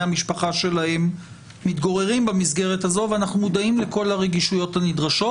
המשפחה שלהם מתגוררים במסגרת הזו ואנחנו מודעים לכל הרגישויות הנדרשות.